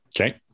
Okay